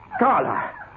Carla